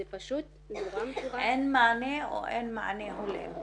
זה פשוט --- אין מענה או אין מענה הולם?